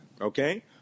Okay